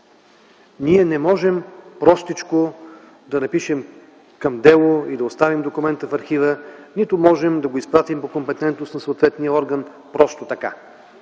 Ние не можем простичко да напишем към дело и да оставим документа в архива, нито можем да го изпратим по компетентност на съответния орган просто така.